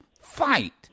fight